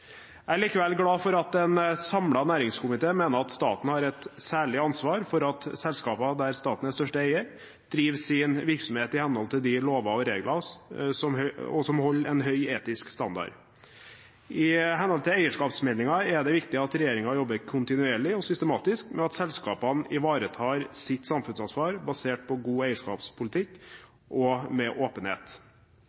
Jeg er likevel glad for at en samlet næringskomité mener at staten har et særlig ansvar for at selskaper der staten er største eier, driver sin virksomhet i henhold til de lover og regler som gjelder, og holder en høy etisk standard. I henhold til eierskapsmeldingen er det viktig at regjeringen jobber kontinuerlig og systematisk med at selskapene ivaretar sitt samfunnsansvar basert på god eierskapspolitikk